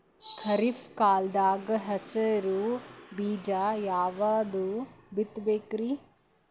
ಖರೀಪ್ ಕಾಲದಾಗ ಹೆಸರು ಬೀಜ ಯಾವದು ಬಿತ್ ಬೇಕರಿ?